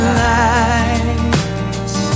lights